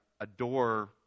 adore